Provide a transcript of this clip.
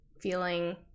feeling